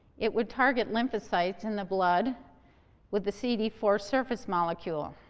it would target lymphocytes in the blood with the c d four surface molecule.